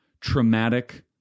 traumatic